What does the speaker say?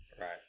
Right